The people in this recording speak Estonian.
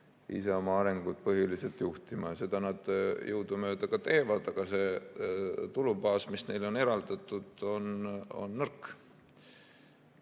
ise oma arengut juhtima ja seda nad jõudumööda ka teevad, aga see tulubaas, mis neile on eraldatud, on nõrk.